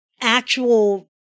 actual